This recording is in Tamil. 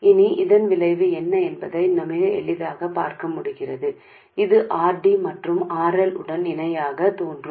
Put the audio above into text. இனி இதன் விளைவு என்ன என்பதை மிக எளிதாகப் பார்க்க முடிகிறது இது R D மற்றும் RL உடன் இணையாகத் தோன்றும்